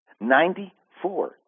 Ninety-four